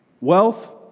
Wealth